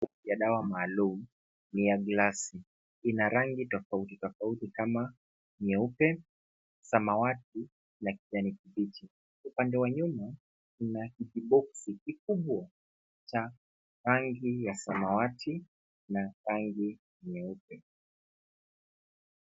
Ya dawa maalum ni ya glasi. Ina rangi tofauti tofauti kama nyeupe, samawati na kijani kibichi. Upande wa nyuma kuna kiboksi kikubwa cha rangi ya samawati na rangi nyingine.